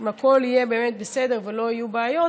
אם הכול יהיה באמת בסדר ולא יהיו בעיות,